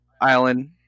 island